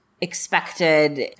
expected